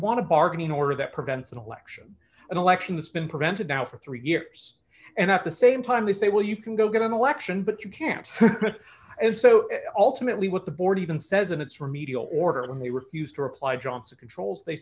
want to bargain in order that prevents an election an election that's been prevented now for three years and have the same time they say well you can go get an election but you can't and so ultimately what the board even says in its remedial order and they refused to reply johnson controls they